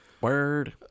word